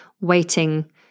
waiting